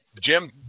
Jim